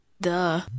Duh